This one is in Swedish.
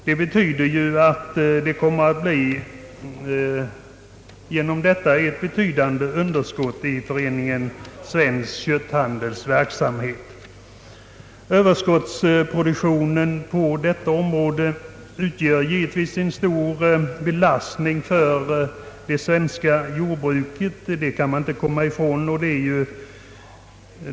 Det betyder att det kommer att bli ett betydande underskott i Föreningen Svensk kötthandels verksamhet. Överskottsproduktionen på detta område utgör givetvis en stor belastning för det svenska jordbruket; det kan man inte komma ifrån.